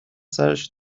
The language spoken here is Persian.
سرش